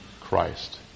Christ